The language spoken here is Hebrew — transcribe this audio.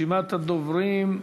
רשימת הדוברים,